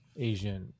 Asian